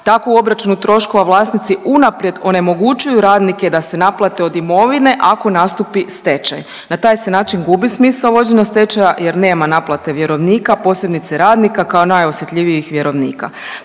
tako u obračunu troškova vlasnici unaprijed onemogućuju radnike da se naplate od imovine ako nastupi stečaj. Na taj se način gubi smisao vođenja stečaja jer nema naplate vjerovnika, posebice radnike kao najosjetljivijih vjerovnika.